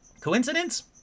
coincidence